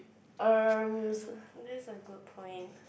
erm that's a good point